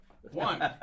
One